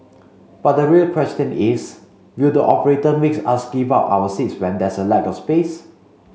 but the real question is will the operator make us give up our seats when there's a lack of space